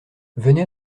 venez